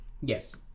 Yes